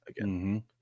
Again